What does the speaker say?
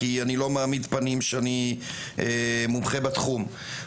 כי אני לא מעמיד פנים שאני מומחה בתחום.